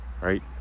Right